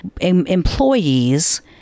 employees